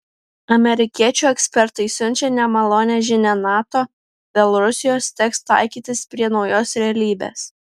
amerikiečių ekspertai siunčia nemalonią žinią nato dėl rusijos teks taikytis prie naujos realybės